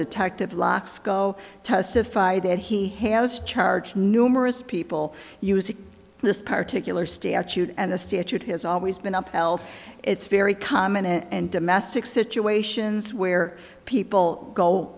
detective locke's go testify that he has charged numerous people using this particular statute and the statute has always been upheld it's very common and domestic situations where people go